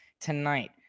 tonight